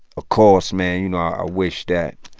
of course, man, you know, i wish that,